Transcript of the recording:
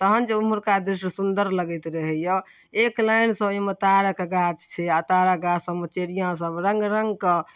तहन जे ओम्हरका दृष्य सुन्दर लगैत रहैए एक लाइनसँ ओहिमे ताड़के गाछ छै आओर ताड़के गाछसबमे चिड़िआसब रङ्ग रङ्गके